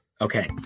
Okay